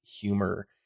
humor